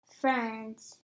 friends